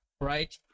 Right